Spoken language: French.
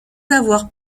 avoir